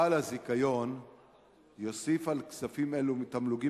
בעל הזיכיון יוסיף על כספים אלו תמלוגים